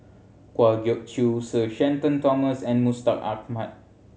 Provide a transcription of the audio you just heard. Kwa Geok Choo Sir Shenton Thomas and Mustaq Ahmad